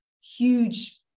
huge